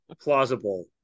plausible